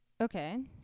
Okay